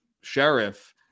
sheriff